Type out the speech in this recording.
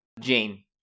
Jane